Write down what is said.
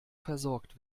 versorgt